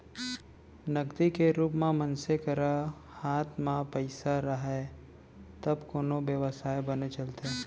नगदी के रुप म मनसे करा हात म पइसा राहय तब कोनो बेवसाय बने चलथे